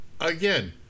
Again